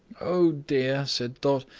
oh, dear! said dot,